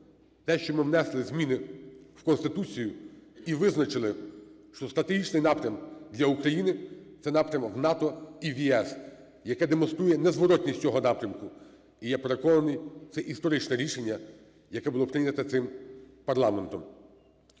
те, що ми внесли зміни в Конституцію і визначили, що стратегічний напрям для України - це напрям в НАТО і в ЄС, яке демонструє незворотність цього напрямку. І, я переконаний, це історичне рішення, яке було прийнято цим парламентом.